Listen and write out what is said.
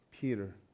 Peter